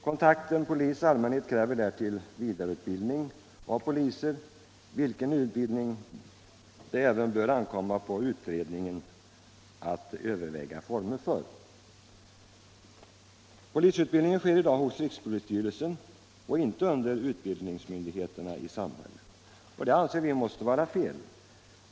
Kontakten polis-allmänhet kräver därtill vidareutbildning av poliser, vilken utbildning det även bör ankomma på utredningen att överväga formerna för. ka Polisutbildningen sker i dag hos rikspolisstyrelsen och inte under utbildningsmyndigheterna i samhället. Detta måste vara fel.